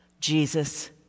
Jesus